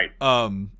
Right